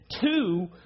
Two